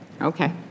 Okay